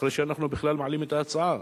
שאנחנו בכלל מעלים את ההצעה,